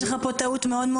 יש לך פה טעות גדולה